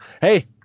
Hey